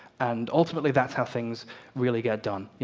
and ultimately, that's how things really get done. yeah